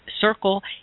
circle